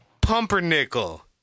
pumpernickel